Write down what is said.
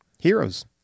Heroes